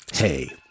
Hey